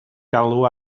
galw